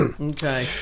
Okay